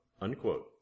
Unquote